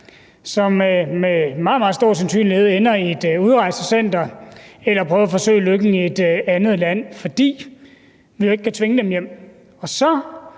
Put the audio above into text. meget stor sandsynlighed ender i et udrejsecenter eller ender med at prøve lykken i et andet land, fordi vi jo ikke kan tvinge dem hjem,